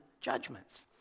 judgments